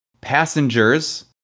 Passengers